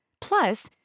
Plus